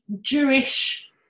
jewish